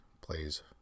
plays